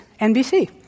NBC